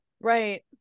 Right